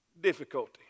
difficulty